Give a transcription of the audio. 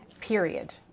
Period